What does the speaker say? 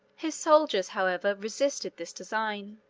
his soldiers, however, resisted this design.